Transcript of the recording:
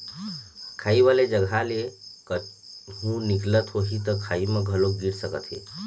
खाई वाले जघा ले कहूँ निकलत होही त खाई म घलोक गिर सकत हे